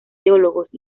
teólogos